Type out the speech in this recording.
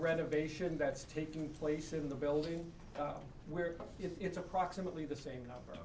renovation that's taking place in the building where it's approximately the same number